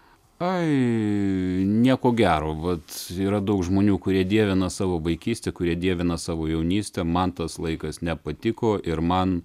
ai nieko gero vat yra daug žmonių kurie dievina savo vaikystę kurie dievina savo jaunystę man tas laikas nepatiko ir man